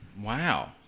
Wow